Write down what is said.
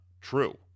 true